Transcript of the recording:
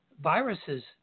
viruses